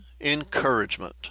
encouragement